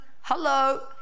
hello